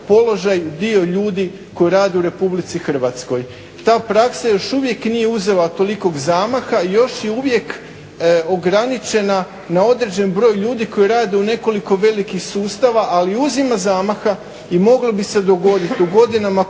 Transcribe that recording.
položaj dio ljudi koji rade u Republici Hrvatskoj. Ta praksa još uvijek nije uzela tolikog zamaha i još je uvijek ograničena na određenih broj ljudi koji rade u nekoliko velikih sustava ali uzima zamaha i moglo bi se dogoditi u godinama